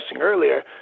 earlier